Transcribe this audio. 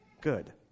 good